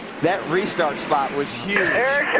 that restart spot was huge.